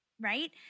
Right